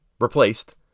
Replaced